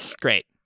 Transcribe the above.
Great